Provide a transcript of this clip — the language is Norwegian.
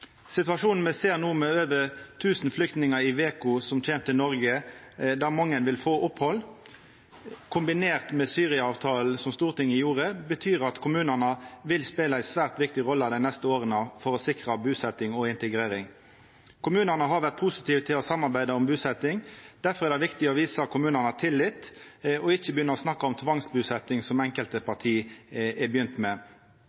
Situasjonen me no ser, med over 1 000 flyktningar i veka som kjem til Noreg, og der mange vil få opphald, kombinert med Syria-avtalen som Stortinget inngjekk, betyr at kommunane vil spela ei svært viktig rolle dei neste åra for å sikra busetjing og integrering. Kommunane har vore positive til å samarbeida om busetjing, og difor er det viktig å visa kommunane tillit og ikkje begynna å snakka om tvangsbusetjing, som enkelte